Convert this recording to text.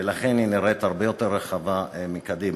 ולכן היא נראית הרבה יותר רחבה מקדימה.